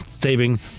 Saving